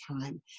time